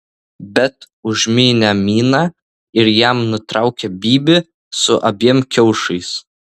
bet užmynė miną ir jam nutraukė bybį su abiem kiaušais